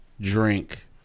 drink